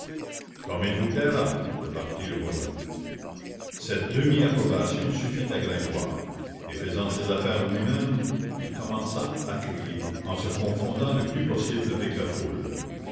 comme il vous plaira repartit le voisin cette demi approbation suffit à gringoire et faisant ses affaires lui-même il commença à crier en se confondant le plus possible avec la foule